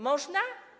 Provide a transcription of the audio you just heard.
Można?